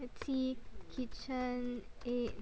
let's see KitchenAid